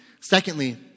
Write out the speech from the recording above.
Secondly